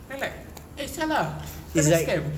then like eh [sial] ah kena scam